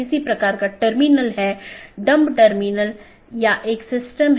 यह BGP का समर्थन करने के लिए कॉन्फ़िगर किया गया एक राउटर है